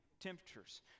temperatures